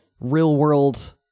real-world